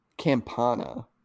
campana